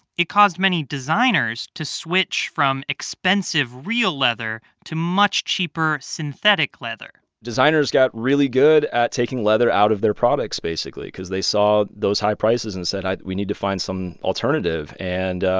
it caused many designers to switch from expensive real leather to much cheaper synthetic leather designers got really good at taking leather out of their products, basically, because they saw those high prices and said, we need to find some alternative. and,